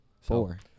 Four